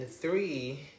three